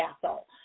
castle